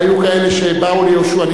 והיו כאלה שבאו ליהושע.